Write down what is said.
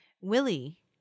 Willie